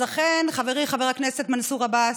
אז, אכן, חברי חבר הכנסת מנסור עבאס,